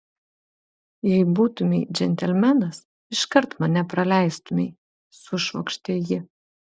jei būtumei džentelmenas iškart mane praleistumei sušvokštė ji